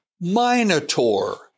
Minotaur